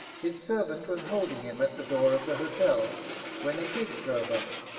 his servant was holding him at the door of the hotel when a gig drove up,